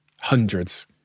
hundreds